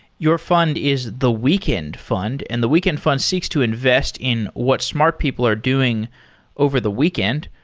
your fund is the weekend fund, and the weekend fund seeks to invest in what smart people are doing over the weekend.